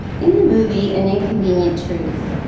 in the movie an inconvenient truth,